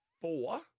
four